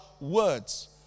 words